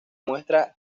muestra